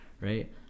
right